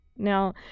Now